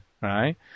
Right